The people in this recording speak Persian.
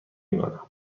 مانم